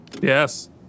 yes